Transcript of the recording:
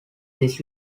this